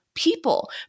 people